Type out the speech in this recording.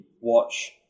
watch